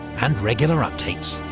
and regular updates.